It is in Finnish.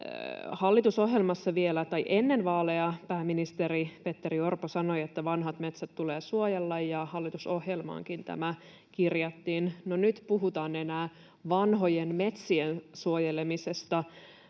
ennen vaaleja pääministeri Petteri Orpo sanoi, että vanhat metsät tulee suojella, ja hallitusohjelmaankin tämä kirjattiin. No, nyt puhutaan enää vanhojen metsien suojelemisesta